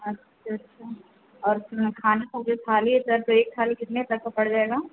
अच्छा अच्छा और खाना का जो थाली है सर तो एक थाली कितने तक का पड़ जाएगा